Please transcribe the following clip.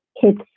kids